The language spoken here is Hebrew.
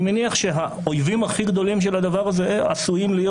אני מניח שהאויבים הכי גדולים של הדבר הזה עשויים להיות